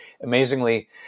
amazingly